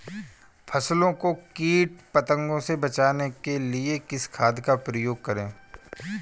फसलों को कीट पतंगों से बचाने के लिए किस खाद का प्रयोग करें?